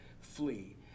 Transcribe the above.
flee